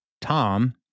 Tom